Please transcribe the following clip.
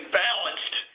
balanced